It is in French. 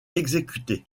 exécutés